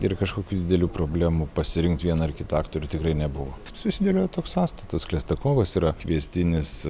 ir kažkokių didelių problemų pasirinkt vieną ar kitą aktorių tikrai nebuvo susidėliojo toks sąstatas chlestakovas yra kviestinis